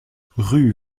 rue